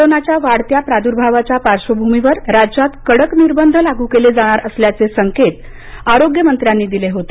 कोरोनाच्या वाढत्या प्राद्भावाच्या पार्श्वभूमीवर राज्यात कडक निर्बंध लागू केले जाणार असल्याचे संकेत आरोग्य मंत्र्यांनी दिले होते